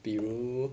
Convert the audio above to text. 比如